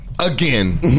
again